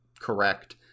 correct